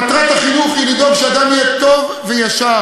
מטרת החינוך היא לדאוג שאדם יהיה טוב וישר,